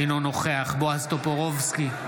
אינו נוכח בועז טופורובסקי,